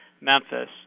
Memphis